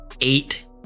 eight